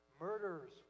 murders